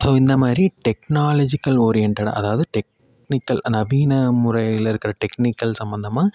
அதுவும் இந்த மாதிரி டெக்னாலஜிக்கல் ஓரியண்டடாக அதாவது டெக்னிக்கல் நவீன முறையில் இருக்கிற டெக்னிக்கல் சம்மந்தமாக